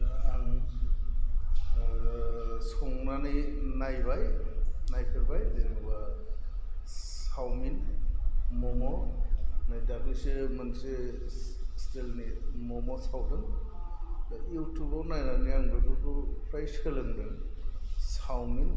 आं संनानै नायबाय नायफेरबाय जेन'बा सावमिन मम' नै दाखालिसो मोनसे स्टेलनि मम' सावदों इउथुबाव नायनानै आं बेफोरखौ फ्राय सोलोंदों सावमिन